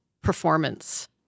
performance